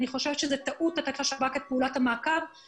אני חושבת שזאת טעות לתת לשב"כ את פעולת המעקב,